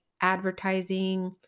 advertising